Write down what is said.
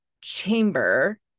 chamber